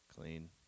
Clean